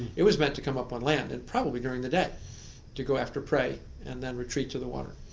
it was meant to come up on land and probably during the day to go after prey and then retreat to the water.